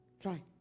Try